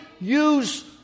use